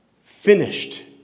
finished